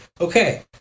okay